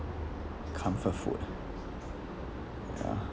comfort food uh